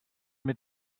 mit